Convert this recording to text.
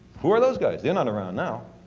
who are those guys? they are not around now.